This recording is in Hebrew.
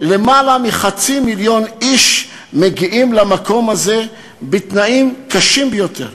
ולמעלה מחצי מיליון איש מגיעים למקום הזה בתנאים קשים ביותר.